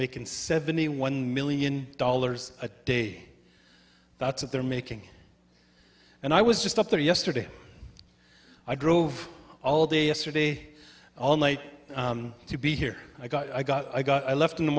making seventy one million dollars a day that's what they're making and i was just up there yesterday i drove all day yesterday all night to be here i got i got i got i left in the